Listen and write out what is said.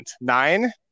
Nine